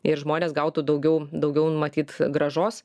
ir žmonės gautų daugiau daugiau nu matyt grąžos